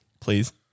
please